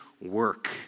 Work